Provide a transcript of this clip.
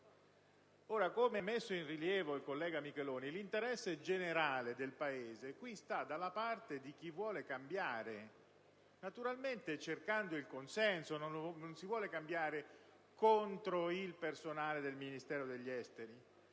Come ha messo in rilievo il collega senatore Micheloni, l'interesse generale del Paese qui sta dalla parte di chi vuole cambiare, naturalmente cercando il consenso: non si vuole cambiare contro il personale del Ministero degli affari